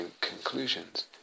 conclusions